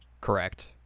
correct